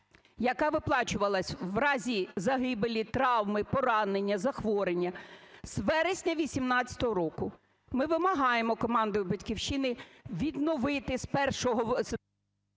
яка виплачувалась в разі загибелі, травми, поранення, захворювання, з вересня 18-го року. Ми вимагаємо командою "Батьківщини" відновити з першого… ГОЛОВУЮЧИЙ.